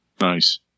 Nice